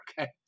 okay